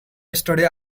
yesterday